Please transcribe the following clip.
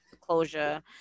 closure